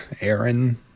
Aaron